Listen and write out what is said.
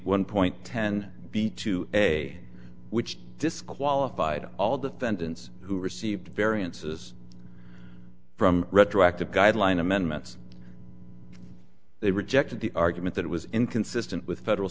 one point ten b to a which disqualified all defendants who received variances from retroactive guideline amendments they rejected the argument that it was inconsistent with federal